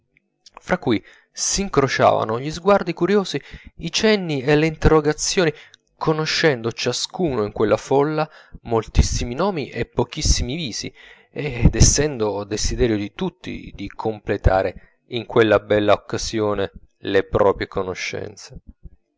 fra cui s'incrociavano gli sguardi curiosi i cenni e le interrogazioni conoscendo ciascuno in quella folla moltissimi nomi e pochissimi visi ed essendo desiderio di tutti di completare in quella bella occasione le proprie conoscenze